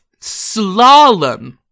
slalom